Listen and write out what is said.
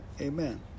Amen